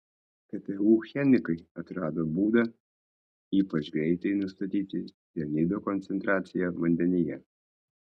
ktu chemikai atrado būdą ypač greitai nustatyti cianido koncentraciją vandenyje